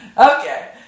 Okay